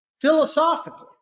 Philosophically